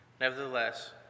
Nevertheless